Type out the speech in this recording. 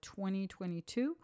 2022